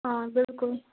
آ بِلکُل